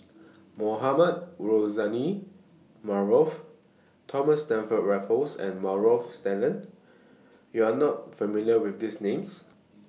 Mohamed Rozani Maarof Thomas Stamford Raffles and Maarof Salleh YOU Are not familiar with These Names